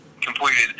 completed